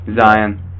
Zion